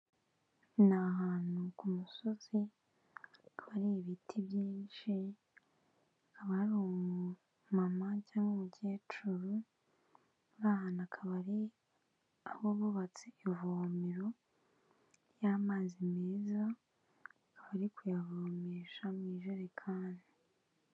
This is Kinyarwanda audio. Ni ahantu ku musozi hari ibiti byinshi, hakaba hari umumama cyangwa umukecuru uri ahantu, akabari aho bubatse ivomero ry'amazi meza, ari kuyavomesha mu ijerekani.